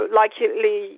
likely